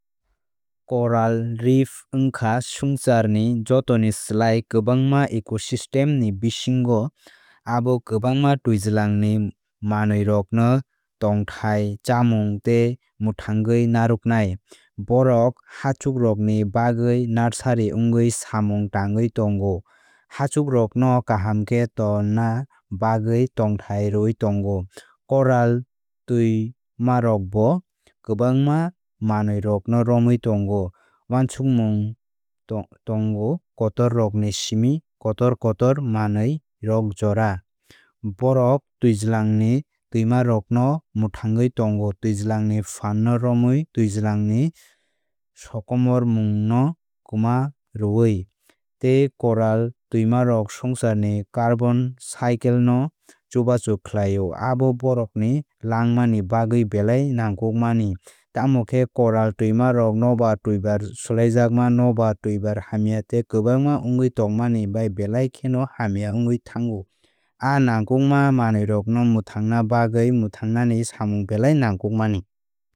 Coral reef wngkha swngcharni jotoni slai kwbangma ecosystem ni bisingo abo kwbangma twijlangni manwirokno tongthai chamung tei mwthangwi narwknai. Bohrok hachwkrokni bagwi nursery wngwi samung tangwi tongo. Hachwkrokno kaham khe torna bagwi tongthai rwwi tongo. Coral twima rokbo kwbangma manwirokno romwi tongo wansukma ro tongo kotorrokni simi kotor kotor manwirok jora. Bórok twijlangni twimarokno mwthangwi tongo twijlangni phanno romwi twijlangni sokomormungno kwma rwui. Tei koral twimarok swngcharni carbon cycle no chubachu khlaio abo borokrokni langmani bagwi belai nangkukmani. Tei coral twimarok nobar twibar swlaijakma nobar twibar hamya tei kwbangma wngwi tongmani bai belai kheno hamya wngwi thango. O nangkukma manwirokno mwthangna bagwi mwthangnani samung belai nangkukmani.